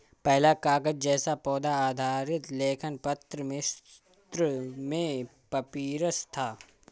पहला कागज़ जैसा पौधा आधारित लेखन पत्र मिस्र में पपीरस था